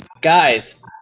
guys